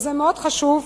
וזה מאוד חשוב,